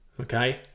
okay